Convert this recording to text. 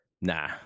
nah